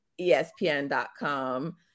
ESPN.com